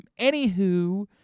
anywho